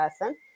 person